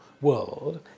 world